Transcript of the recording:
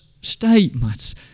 statements